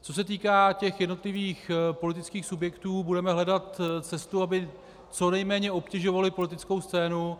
Co se týká jednotlivých politických subjektů, budeme hledat cestu, aby co nejméně obtěžovaly politickou scénu.